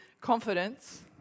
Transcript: confidence